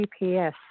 GPS